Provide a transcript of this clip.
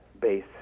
base